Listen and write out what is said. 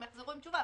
הם יחזרו עם תשובה,